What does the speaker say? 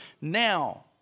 now